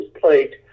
plate